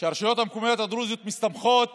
שהרשויות המקומיות הדרוזיות מסתמכות